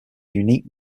unique